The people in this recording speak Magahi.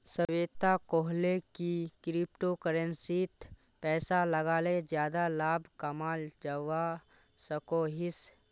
श्वेता कोहले की क्रिप्टो करेंसीत पैसा लगाले ज्यादा लाभ कमाल जवा सकोहिस